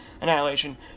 Annihilation